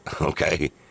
Okay